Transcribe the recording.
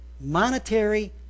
monetary